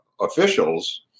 officials